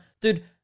dude